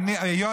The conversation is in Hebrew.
היום,